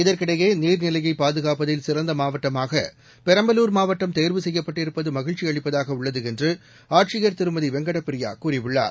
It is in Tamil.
இதற்கிடையே நீர்நிலையைபாதுகாப்பதில் சிறந்தமாவட்டமாகபெரம்பலூர் மாவட்டம் தோ்வு செய்யப்பட்டிருப்பதுமகிழ்ச்சிஅளிப்பதாகஉள்ளதுஎன்றுஆட்சியர் திருமதிவெங்கடபிரியாகூறியுள்ளார்